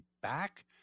back